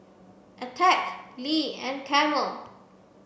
Attack Lee and Camel